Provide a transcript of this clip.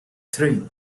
three